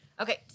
Okay